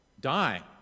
die